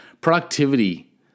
productivity